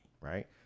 right